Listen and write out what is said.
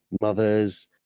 mothers